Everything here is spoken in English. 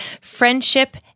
friendship